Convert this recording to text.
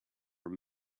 were